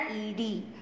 ed